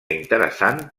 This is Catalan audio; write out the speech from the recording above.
interessant